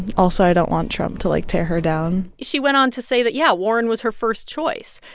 also, i don't want trump to, like, tear her down she went on to say that, yeah, warren was her first choice.